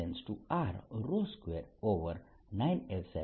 r2